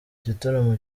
igitaramo